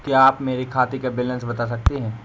क्या आप मेरे खाते का बैलेंस बता सकते हैं?